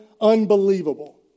unbelievable